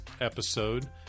episode